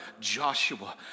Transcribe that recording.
Joshua